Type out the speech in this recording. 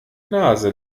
nase